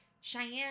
Cheyenne